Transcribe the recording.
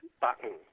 button